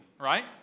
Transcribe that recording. right